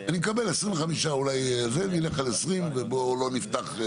אני מקבל ש-25% זה, נלך על 20 ובוא לא נפתח.